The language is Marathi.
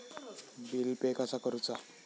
बिल पे कसा करुचा?